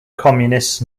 communists